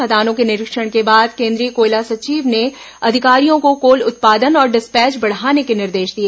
खदानों के निरीक्षण के बाद केंदीय कोयला सचिव ने अधिकारियों को कोल उत्पादन और डिस्पैच बढ़ाने के निर्देश दिए